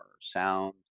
sound